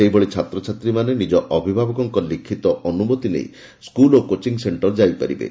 ସେହିଭଳି ଛାତ୍ରଛାତ୍ରୀମାନେ ନିଜ ଅଭିଭାବକଙ୍କ ଲିଖିତ ଅନୁମତି ନେଇ ସ୍କୁଲ ଓ କୋଚିଂ ସେଣ୍ଟର ଯାଇପାରିବେ